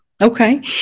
Okay